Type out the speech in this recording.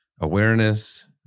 awareness